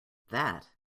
that